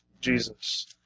Jesus